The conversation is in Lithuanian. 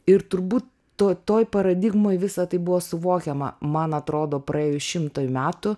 ir turbūt to toj paradigmoj visa tai buvo suvokiama man atrodo praėjus šimtui metų